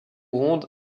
ronde